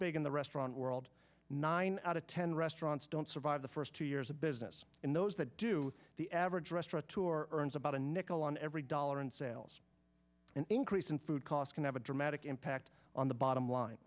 big in the restaurant world nine out of ten restaurants don't survive the first two years a business in those that do the average restaurant tour earns about a nickel on every dollar in sales an increase in food costs can have a dramatic impact on the bottom line